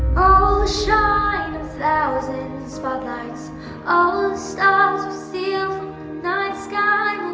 all shine a thousand spotlights all stop see you night sky